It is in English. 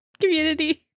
community